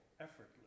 effortless